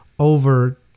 Over